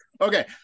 Okay